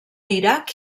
iraq